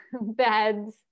beds